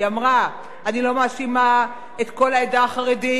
היא אמרה: אני לא מאשימה את כל העדה החרדית,